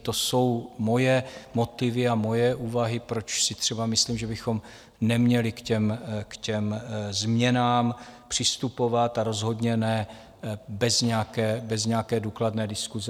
To jsou moje motivy a moje úvahy, proč si třeba myslím, že bychom neměli k těm změnám přistupovat, a rozhodně ne bez nějaké důkladné diskuse.